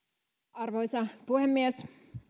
arvoisa puhemies